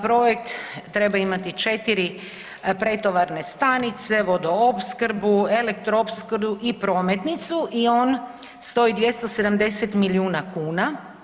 Projekt treba imati 4 pretovarne stanice, vodoopskrbu, elektroopskrbu i prometnicu i on stoji 270 milijuna kuna.